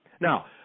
Now